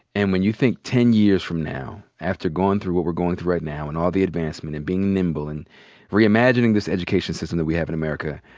and when you think ten years from now after going through what we're going through right now and all the advancement and being nimble and reimagining this education system that we have in america,